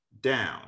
down